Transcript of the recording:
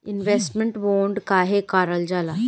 Investment bond काहे कारल जाला?